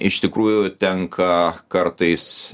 iš tikrųjų tenka kartais